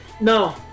no